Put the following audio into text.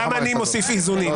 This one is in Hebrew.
גם אני מוסיף איזונים.